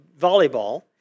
volleyball